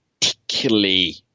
particularly –